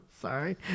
Sorry